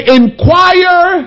inquire